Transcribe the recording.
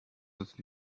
with